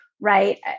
right